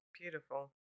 Beautiful